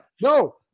no